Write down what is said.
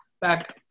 back